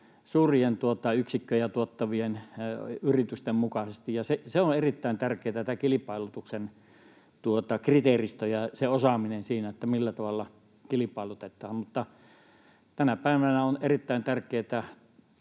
suuria yksikköjä tuottavien yritysten mukaisesti. Se on erittäin tärkeätä, kilpailutuksen kriteeristö ja osaaminen siinä, millä tavalla kilpailutetaan. Tänä päivänä on erittäin tärkeätä,